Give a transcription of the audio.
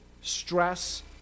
stress